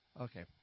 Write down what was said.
Okay